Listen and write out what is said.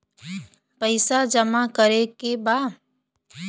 पैसा जमा करे के बा?